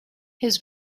his